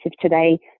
today